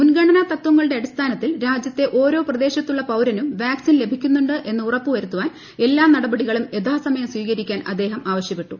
മുൻഗണന തത്വങ്ങളുട്ടെ അടിസ്ഥാനത്തിൽ രാജ്യത്തെ ഓരോ പ്രദേശത്തുള്ള പൌരനും വാക്സിൻ ലഭിക്കുന്നുണ്ട് എന്ന് ഉറപ്പുവരുത്താൻ എല്ലാ നടപടികളും യഥാസമയം സ്വീകരിക്കാൻ അദ്ദേഹം ആവശ്യപ്പെട്ടു